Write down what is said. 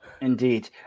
indeed